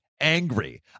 angry